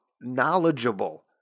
knowledgeable